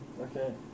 Okay